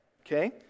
okay